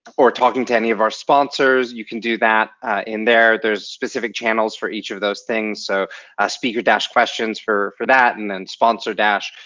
talking to any of our sponsors, you can do that in there. there's specific channels for each of those things, so speaker dash questions for for that, and and sponsor dash,